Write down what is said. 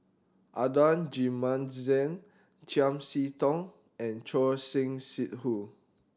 Adan Jimenez Chiam See Tong and Choor Singh Sidhu